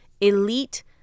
elite